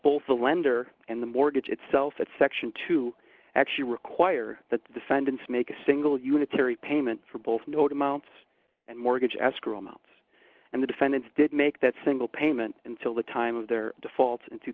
both the lender and the mortgage itself that section two actually require that the defendants make a single unitary payment for both note amounts and mortgage escrow amounts and the defendants did make that single payment until the time of their defaults in two